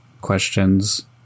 questions